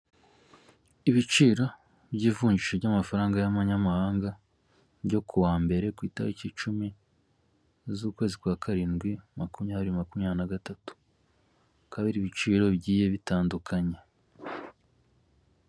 Ibiciro by'ivunjisha ry'amafaranga y'amanyamahanga byo ku wa mbere ku itariki cumi z'ukwezi kwa karindwi makumyabiri makumyabiri na gatatu bikaba ari ibiciro bigiye bitandukanye.